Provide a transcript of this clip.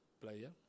player